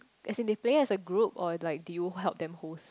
as in they pay as a group or like do you help them host